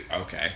okay